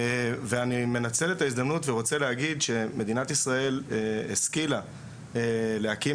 ואני מנצל את ההזדמנות ורוצה להגיד שמדינת ישראל השכילה להקים